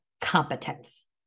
competence